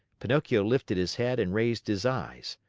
pinocchio lifted his head and raised his eyes.